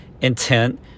intent